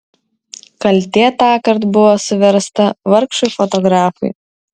kaltė tąkart buvo suversta vargšui fotografui